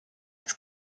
das